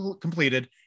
completed